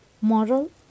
Moral